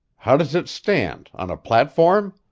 how does it stand? on a platform?